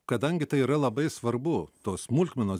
kadangi tai yra labai svarbu tos smulkmenos